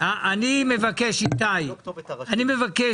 אני מבקש